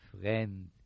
friend